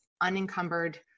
unencumbered